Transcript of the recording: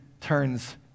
turns